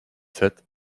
sept